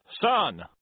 son